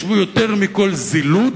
יש בו יותר מכול זילות